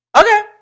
Okay